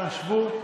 אנא שבו.